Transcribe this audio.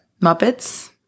Muppets